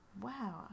wow